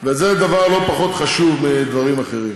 וזה דבר לא פחות חשוב מדברים אחרים.